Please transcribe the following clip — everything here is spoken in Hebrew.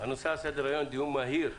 הנושא על סדר היום דיון מהיר,